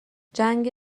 جنگ